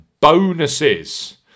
bonuses